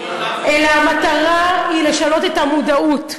אלא המטרה היא לשנות את המודעות.